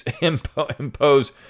impose